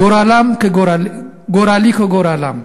גורלי כגורלם,